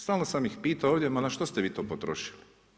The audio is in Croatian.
Stalno sam ih pitao ovdje ma na što ste vi to potrošili?